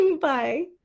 Bye